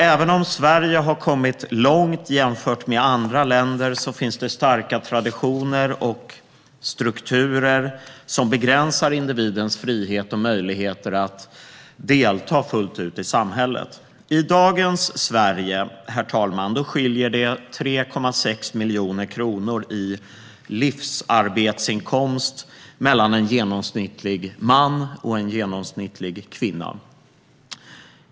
Även om Sverige har kommit långt jämfört med andra länder finns det starka traditioner och strukturer som begränsar individens frihet och möjligheter att delta fullt ut i samhället. I dagens Sverige, herr talman, skiljer det 3,6 miljoner kronor i livsarbetsinkomst mellan en genomsnittlig man och en genomsnittlig kvinna.